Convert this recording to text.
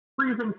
freezing